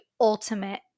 ultimate